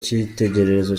cyitegererezo